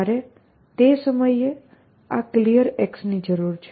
મારે તે સમયે આ Clear ની જરૂર છે